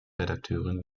redakteurin